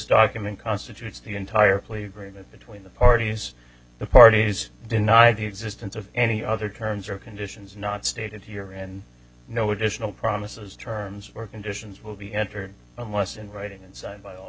document constitutes the entire plea agreement between the parties the parties deny the existence of any other terms or conditions not stated here and no additional promises terms or conditions will be entered unless in writing and signed by all